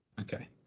Okay